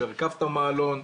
שהרכבת מעלון.